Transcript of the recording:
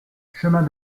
chemin